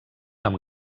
amb